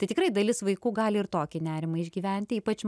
tai tikrai dalis vaikų gali ir tokį nerimą išgyventi ypač